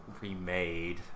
remade